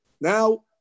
Now